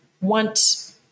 want